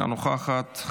אינה נוכחת,